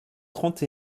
trente